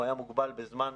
הוא היה מוגבל בזמן,